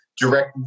direct